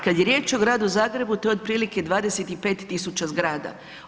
Kad je riječ o Gradu Zagrebu to je otprilike 25.000 zgrada.